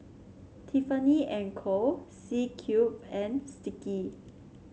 Tiffany And Co C Cube and Sticky